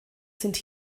sind